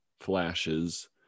flashes